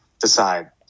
decide